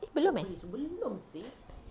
eh belum eh